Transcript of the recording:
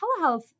telehealth